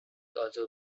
also